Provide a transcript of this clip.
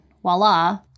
voila